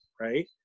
Right